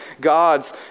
God's